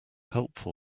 helpful